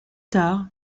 tard